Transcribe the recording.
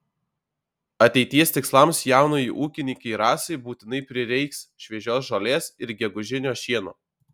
ateities tikslams jaunajai ūkininkei rasai būtinai prireiks šviežios žolės ir gegužinio šieno